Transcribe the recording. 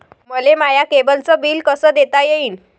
मले माया केबलचं बिल कस देता येईन?